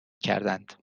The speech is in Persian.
کردند